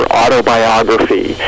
autobiography